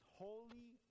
holy